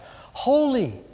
Holy